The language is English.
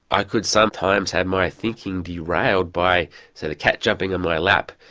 i could sometimes have my thinking derailed by so the cat jumping on my lap,